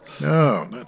No